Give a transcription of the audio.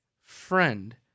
friend